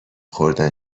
خوردن